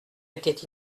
était